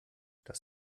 das